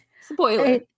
Spoiler